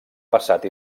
passat